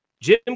Jim